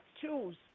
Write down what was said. choose